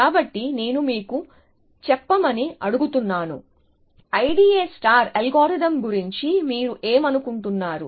కాబట్టి నేను మీకు చెప్పమని అడుగుతాను IDA అల్గోరిథం గురించి మీరు ఏమనుకుంటున్నారు